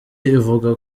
ivuga